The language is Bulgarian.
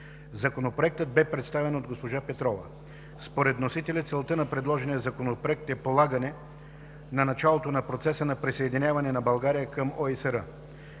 Законопроектът бе представен от госпожа Петрова. Според вносителя целта на предложения законопроект е полагане на началото на процеса на присъединяване на България към ОИСР.